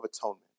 atonement